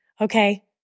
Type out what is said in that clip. Okay